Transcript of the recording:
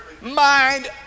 Mind